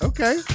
Okay